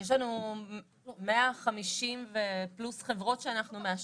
יש לנו 150+ חברות שאנחנו מאשרים.